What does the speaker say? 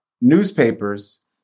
newspapers